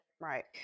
Right